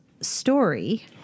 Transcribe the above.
story